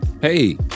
hey